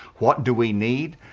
what do we need?